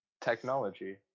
Technology